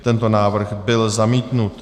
Tento návrh byl zamítnut.